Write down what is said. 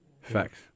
Facts